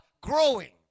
Growing